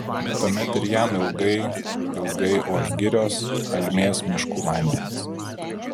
tuomet ir jam ilgai ilgai oš girios almės miškų vandenys